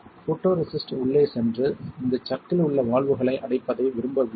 photoresist உள்ளே சென்று இந்த சக்கில் உள்ள வால்வுகளை அடைப்பதை விரும்பவில்லை